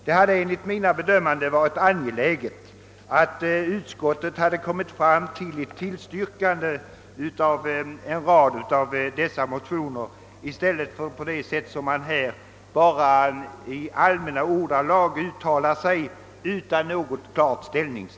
Det hade enligt min uppfattning varit angeläget att utskottet hade tillstyrkt en rad av dessa motioner i stället för att som man nu gör bara uttala sig i allmänna ordalag utan att ta någon klar ställning.